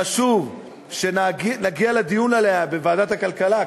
חשוב שנגיע לדיון עליה בוועדת הכלכלה,